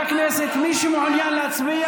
מנסור הבוס,